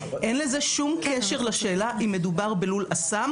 אין לזה שום קשר לשאלה אם מדובר בלול אסם